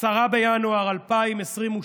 10 בינואר 2022,